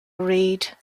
reed